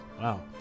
Wow